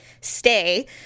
stay